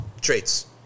traits